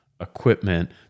equipment